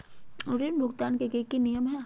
ऋण भुगतान के की की नियम है?